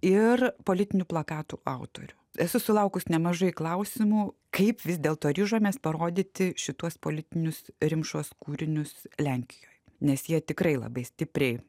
ir politinių plakatų autorių esu sulaukus nemažai klausimų kaip vis dėlto ryžomės parodyti šituos politinius rimšos kūrinius lenkijoj nes jie tikrai labai stipriai